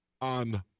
on